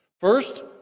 First